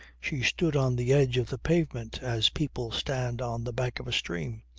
she stood on the edge of the pavement as people stand on the bank of a stream,